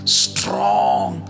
strong